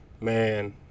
man